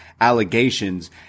allegations